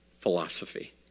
philosophy